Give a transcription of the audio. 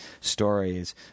stories